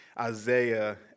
Isaiah